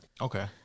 Okay